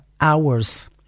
hours